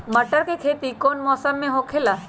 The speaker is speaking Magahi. मटर के खेती कौन मौसम में होखेला?